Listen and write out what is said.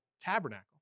tabernacle